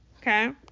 Okay